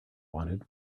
wanted